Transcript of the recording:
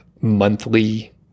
monthly